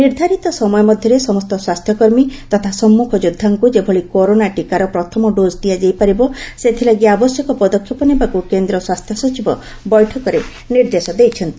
ନିର୍ଦ୍ଧାରିତ ସମୟ ମଧ୍ୟରେ ସମସ୍ତ ସ୍ୱାସ୍ଥ୍ୟକର୍ମୀ ତଥା ସମ୍ମୁଖ ଯୋଦ୍ଧାଙ୍କୁ ଯେଭଳି କରୋନା ଟିକାର ପ୍ରଥମ ଡୋକ୍ ଦିଆଯାଇପାରିବ ସେଥିଲାଗି ଆବଶ୍ୟକ ପଦକ୍ଷେପ ନେବାକୁ କେନ୍ଦ୍ର ସ୍ୱାସ୍ଥ୍ୟ ସଚିବ ବୈଠକରେ ନିର୍ଦ୍ଦେଶ ଦେଇଛନ୍ତି